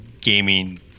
gaming